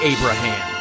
Abraham